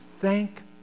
thank